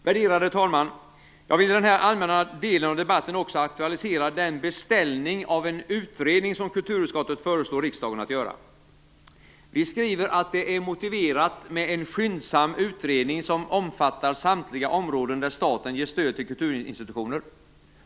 Värderade talman! Jag vill i den här allmänna delen av debatten också aktualisera den beställning av en utredning som kulturutskottet föreslår riksdagen att göra. Vi skriver att det är motiverat med en skyndsam utredning som omfattar samtliga områden där staten ger stöd till kulturinstitutioner.